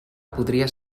podria